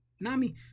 Nami